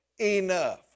enough